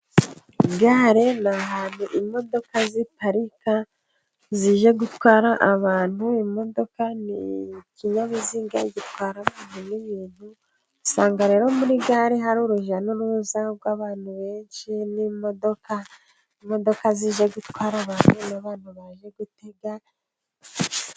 Gare ni ahantu imodoka ziparika zije gutwara abantu, imodoka ni ikinyabiziga gitwara n'ibintu, usanga rero muri gare hari urujya n'uruza rw'abantu benshi n'imodoka, imodoka zije gutwara abantu baje gutega.